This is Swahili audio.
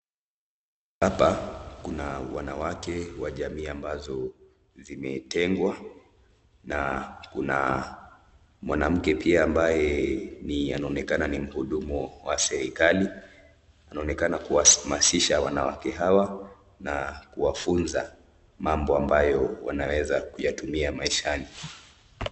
Hapa kuna wanawake wa jamii ambazo zimetengwa na kuna mwanamke pia ambaye ni anaonekana ni mhudumu wa serikali anaonekana kuwahamasisha wanawake hawa na kuwafunza mambo ambayo wanaweza kuyatumia maishani.